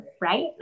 right